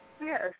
Yes